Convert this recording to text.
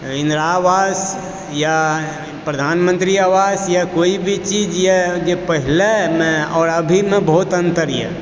इन्दिरा आवास या प्रधानमन्त्री आवास या कोइ भी चीज येए जे पहिलेमे और अभी मे बहुत अन्तर येए